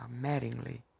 mattingly